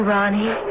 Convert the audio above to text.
Ronnie